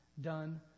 done